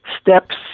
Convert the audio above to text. steps